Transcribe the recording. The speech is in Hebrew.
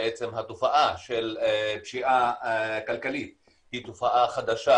התופעה של פשיעה כלכלית היא תופעה חדשה